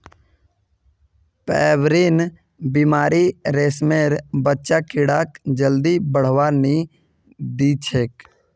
pebrine बीमारी रेशमेर बच्चा कीड़ाक जल्दी बढ़वा नी दिछेक